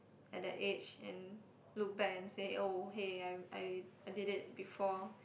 at that age and look back and say oh hey I I I did it before